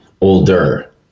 older